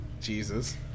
Jesus